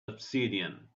obsidian